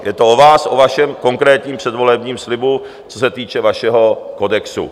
Je to o vás a o vašem konkrétním předvolebním slibu, co se týče vašeho kodexu.